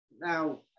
Now